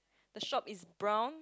the shop is brown